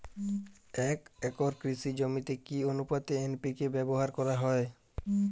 এক একর কৃষি জমিতে কি আনুপাতে এন.পি.কে ব্যবহার করা হয়?